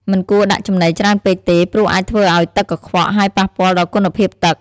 មិនគួរដាក់ចំណីច្រើនពេកទេ ព្រោះអាចធ្វើឲ្យទឹកកខ្វក់ ហើយប៉ះពាល់ដល់គុណភាពទឹក។